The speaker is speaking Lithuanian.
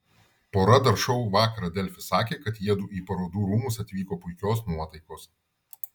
pora dar šou vakarą delfi sakė kad jiedu į parodų rūmus atvyko puikios nuotaikos